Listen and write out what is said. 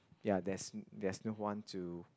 ya there's there's no one to